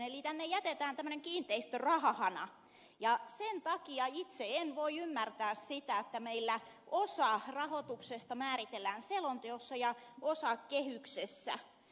eli tänne jätetään tämmöinen kiinteistörahahana ja sen takia itse en voi ymmärtää sitä että meillä osa rahoituksesta määritellään selonteossa ja osa kehyksessä